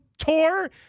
tour